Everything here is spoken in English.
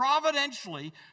providentially